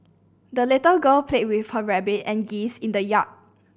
the little girl played with her rabbit and geese in the yard